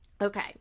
Okay